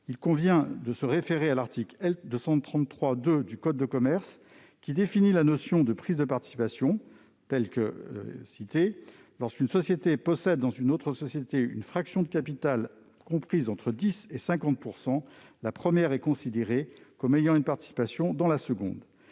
il convient de se référer à l'article L. 233-2 du code de commerce, qui définit la notion de prise de participation : lorsqu'une société possède dans une autre société une fraction de capital comprise entre 10 % et 50 %, la première est considérée comme ayant une participation dans la seconde.